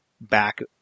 back